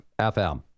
FM